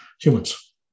humans